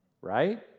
right